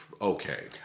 okay